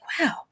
wow